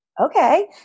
okay